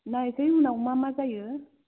नायसै उनाव मा मा जायो